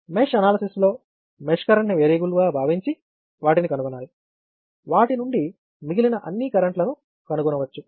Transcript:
mesh analysis లో mesh current ని variable గా భావించి వాటిని కనుగొనాలి వాటి నుండి మిగిలిన అన్ని కరెంట్ లను కనుగొనవచ్చు